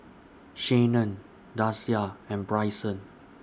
Shanon Dasia and Bryson